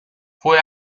fue